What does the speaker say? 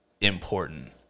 important